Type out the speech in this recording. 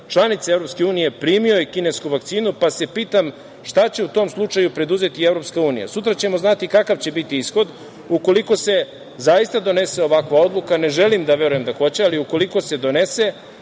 članice EU primio je kinesku vakcinu, pa se pitam šta će u tom slučaju preduzeti EU? Sutra ćemo znati kakav će biti ishod. Ukoliko se zaista donese ovakva odluka, ne želim da verujem da hoće, ali ukoliko se donese